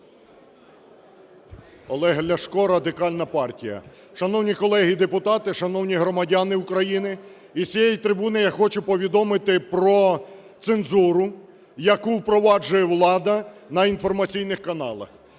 Олег Ляшко, Радикальна партія. Шановні колеги депутати, шановні громадяни України, із цієї трибуни я хочу повідомити про цензуру, яку впроваджує влада на інформаційних каналах.